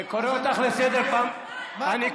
אני קורא אותך לסדר פעם ראשונה.